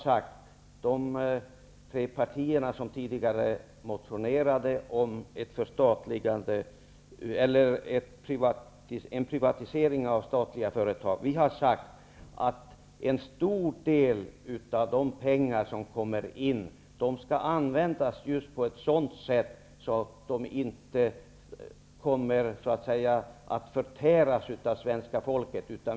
Vi i de tre partier som tidigare motionerat om en privatisering av statliga företag har sagt att en stor del av de pengar som kommer in skall användas just på ett sådant sätt att de så att säga inte förtärs av det svenska folket.